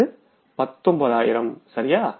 19000சரியா